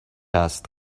است